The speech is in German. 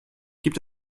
gibt